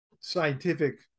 scientific